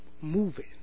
moving